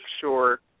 sure